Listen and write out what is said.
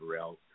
else